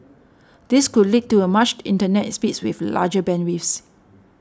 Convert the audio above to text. this could lead to a much Internet speeds with larger bandwidths